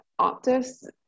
Optus